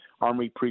Army